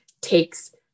takes